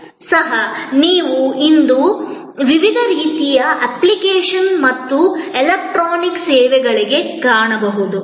ಸಹ ನೀವು ಇಂದು ವಿವಿಧ ರೀತಿಯ ಅಪ್ಲಿಕೇಶನ್ ಮತ್ತು ಎಲೆಕ್ಟ್ರಾನಿಕ್ ಸೇವೆಗಳಿಗೆ ಕಾಣಬಹುದು